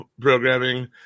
programming